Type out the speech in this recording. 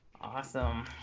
Awesome